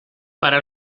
para